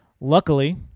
Luckily